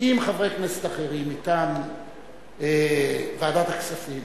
עם חברי כנסת אחרים מטעם ועדת הכספים